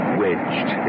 wedged